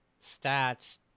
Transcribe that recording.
stats